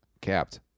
capped